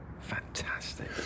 Fantastic